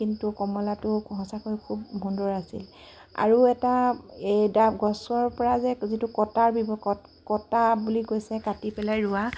কিন্তু কমলাটো সঁচাকৈ খুব মধুৰ আছিল আৰু এটা এই দা গছৰ পৰা যে যিটো কটাৰ ব ক কটা বুলি কৈছে কাটি পেলাই ৰোৱা